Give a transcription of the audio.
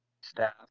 staff